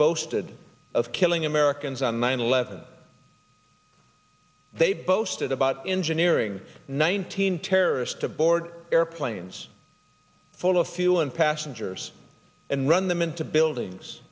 boasted of killing americans on nine eleven they boasted about engineering nineteen terrorists to board airplanes full of fuel and passengers and run them into buildings